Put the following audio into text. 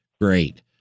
great